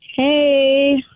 Hey